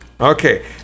Okay